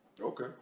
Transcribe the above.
Okay